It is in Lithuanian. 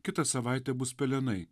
kitą savaitę bus pelenai